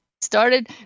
started